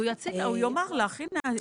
הוא יאמר לך.